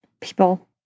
People